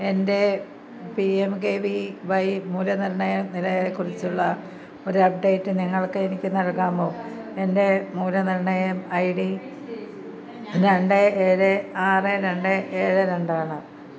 എൻ്റെ P M K V Y മൂല്യനിർണ്ണയ നിലയെക്കുറിച്ചുള്ള ഒരു അപ്ഡേറ്റ് നിങ്ങൾക്ക് എനിക്ക് നൽകാമോ എൻ്റെ മൂല്യനിർണ്ണയ ഐ ഡി രണ്ട് ഏഴ് ആറ് രണ്ട് ഏഴ് രണ്ട് ആണ്